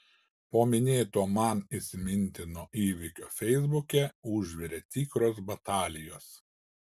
po minėto man įsimintino įvykio feisbuke užvirė tikros batalijos